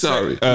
Sorry